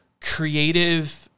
creative